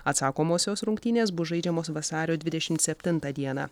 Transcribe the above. atsakomosios rungtynės bus žaidžiamos vasario dvidešimt septintą dieną